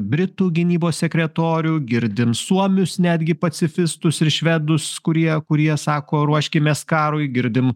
britų gynybos sekretorių girdim suomius netgi pacifistus ir švedus kurie kurie sako ruoškimės karui girdim